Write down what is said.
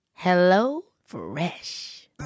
HelloFresh